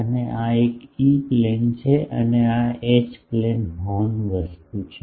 અને આ E plane છે અને આ એચ પ્લેન હોર્ન વસ્તુ છે